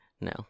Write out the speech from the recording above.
No